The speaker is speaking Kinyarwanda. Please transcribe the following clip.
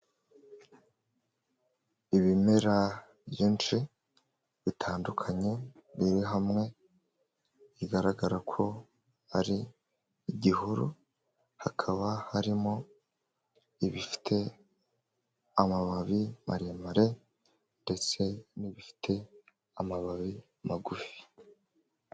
Ibimera byinshi bitandukanye biri hamwe, bigaragara ko ari igihuru, hakaba harimo ibifite amababi maremare, ndetse n'ibifite amababi magufi.